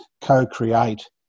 co-create